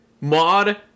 Mod